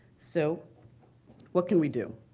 so what can we do?